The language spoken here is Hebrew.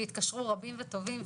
והתקשרו רבים וטובים,